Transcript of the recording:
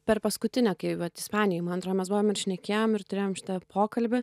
per paskutinę tai vat ispanijoje man atrodo mes buvom ir šnekėjom ir turėjom šitą pokalbį